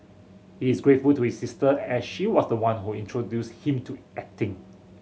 he is grateful to his sister as she was the one who introduced him to acting